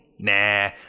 Nah